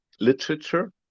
literature